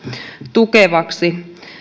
tukevaksi